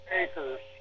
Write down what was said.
acres